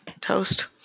toast